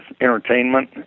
entertainment